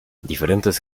diferentes